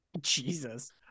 Jesus